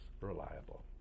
reliable